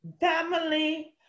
family